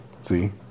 See